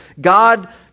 God